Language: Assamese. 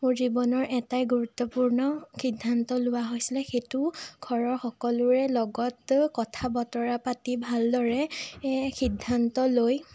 মোৰ জীৱনৰ এটাই গুৰুত্বপূৰ্ণ সিদ্ধান্ত লোৱা হৈছিলে সেইটো ঘৰৰ সকলোৰে লগত কথা বতৰা পাতি ভালদৰে এ সিদ্ধান্ত লৈ